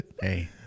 Hey